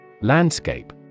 Landscape